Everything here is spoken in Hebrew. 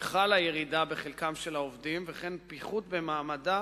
חלו ירידה בחלקם של העובדים וכן פיחות במעמדה